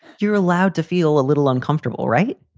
you're allowed to feel a little uncomfortable, right?